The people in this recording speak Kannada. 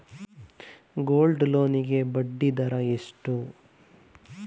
ಗೋಲ್ಡ್ ಲೋನ್ ಗೆ ಬಡ್ಡಿ ದರ ಎಷ್ಟು?